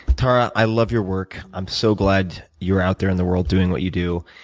tara, i love your work. i'm so glad you're out there in the world doing what you do.